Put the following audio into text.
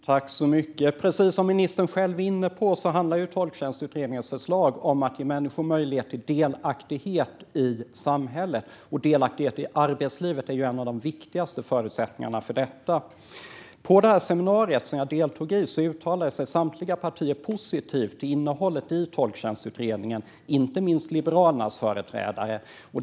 Fru talman! Precis som ministern själv var inne på handlar förslaget från 2020 års tolktjänstutredning om att ge människor möjlighet till delaktighet i samhället, och delaktighet i arbetslivet är en av de viktigaste förutsättningarna för detta. På det seminarium som jag deltog i uttalade sig samtliga partier positivt till innehållet i utredningens betänkande, inte minst Liberalernas företrädare.